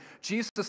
Jesus